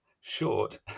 short